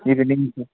இது இல்லைங்க சார்